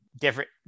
different